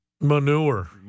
manure